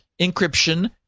encryption